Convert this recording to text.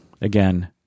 again